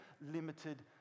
limited